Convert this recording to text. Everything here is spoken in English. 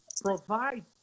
provide